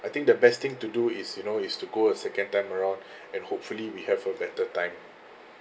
I think the best thing to do is you know is to go a second time around and hopefully we have a better time